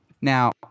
Now